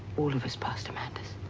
all of us pastor manders.